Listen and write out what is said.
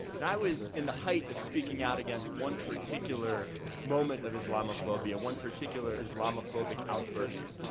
and i was in the height of speaking out against one particular moment of islamophobia. one particular islamophobic outburst,